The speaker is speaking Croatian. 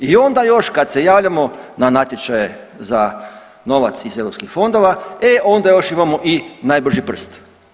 I onda još kad se javljamo na natječaje za novac iz eu fondova e onda još imamo i najbrži prst.